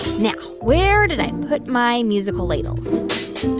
now, where did i put my musical ladles?